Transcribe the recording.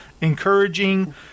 encouraging